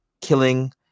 killing